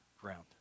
ground